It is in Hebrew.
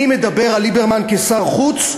אני מדבר על ליברמן כשר חוץ,